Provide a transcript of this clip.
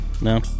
no